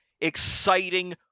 exciting